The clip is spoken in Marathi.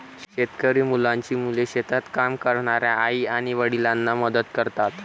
शेतकरी मुलांची मुले शेतात काम करणाऱ्या आई आणि वडिलांना मदत करतात